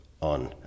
on